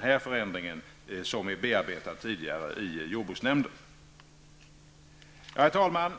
här förändringen som är bearbetad tidigare i jordbruksnämnden. Herr talman!